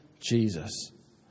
Jesus